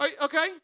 Okay